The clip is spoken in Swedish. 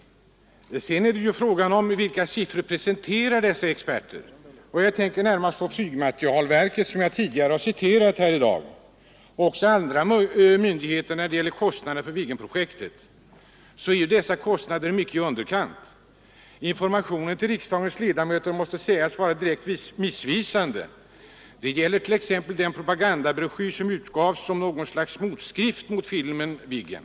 Sedan är frågan vilka siffror dessa experter presenterar. Jag tänker närmast på flygmaterielverket, som jag tidigare här i dag citerat. De siffror som brukar anges av flygmaterielverket och andra myndigheter när det gäller kostnaderna för Viggenprojektet är mycket i underkant. Informationen till riksdagens ledamöter måste sägas vara direkt missvisande. Detta gäller t.ex. den propagandabroschyr som utgavs såsom något slags motskrift mot filmen om Viggen.